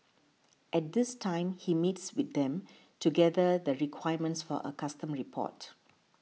at this time he meets with them to gather the requirements for a custom report